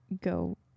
go